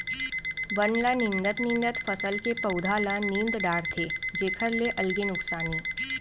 बन ल निंदत निंदत फसल के पउधा ल नींद डारथे जेखर ले अलगे नुकसानी